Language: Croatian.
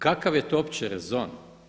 Kakav je to uopće rezon?